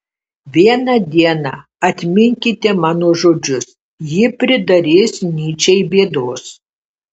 vieną dieną atminkite mano žodžius ji pridarys nyčei bėdos